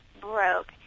broke